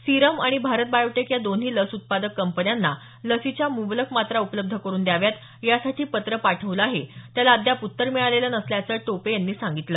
Serum आणि Bharat biotech या दोन्ही लस उत्पादक कंपन्यांना लसीच्या मुंबलक मात्रा उपलब्ध करून द्याव्यात यासाठी पत्र पाठवलं आहे त्याला अद्याप उत्तर मिळालेलं नसल्याचं टोपे यांनी सांगितलं